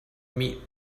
meat